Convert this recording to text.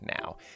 now